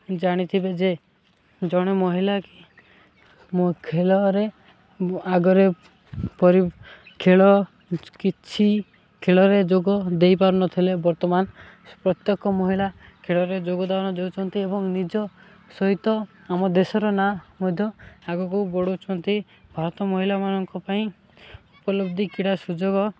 ଜାଣିଥିବେ ଯେ ଜଣେ ମହିଲା ଖେଳରେ ଆଗରେ ପରି ଖେଳ କିଛି ଖେଳରେ ଯୋଗ ଦେଇପାରୁନଥିଲେ ବର୍ତ୍ତମାନ ପ୍ରତ୍ୟେକ ମହିଳା ଖେଳରେ ଯୋଗଦାନ ଦେଉଛନ୍ତି ଏବଂ ନିଜ ସହିତ ଆମ ଦେଶର ନାଁ ମଧ୍ୟ ଆଗକୁ ବଢ଼ୋଉଛନ୍ତି ଭାରତ ମହିଳାମାନଙ୍କ ପାଇଁ ଉପଲବ୍ଧି କ୍ରୀଡ଼ା ସୁଯୋଗ